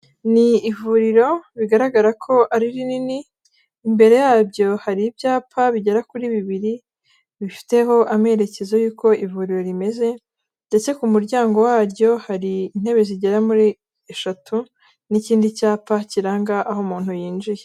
Ni ivuriro bigaragara ko ari rinini, imbere yabyo hari ibyapa bigera kuri bibiri bifiteho amerekezo y'uko ivuriro rimeze, ndetse ku muryango waryo hari intebe zigera muri eshatu n'ikindi cyapa kiranga aho umuntu yinjiye.